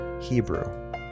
hebrew